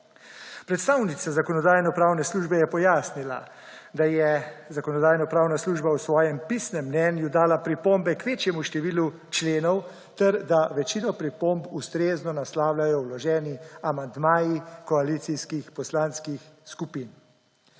Predstavnica Zakonodajno-pravne službe je pojasnila, da je Zakonodajno-pravna služba v svojem pisnem mnenju dala pripombe k večjemu številu členov ter da večino pripomb ustrezno naslavljajo vloženi amandmaji koalicijskih poslanskih skupin.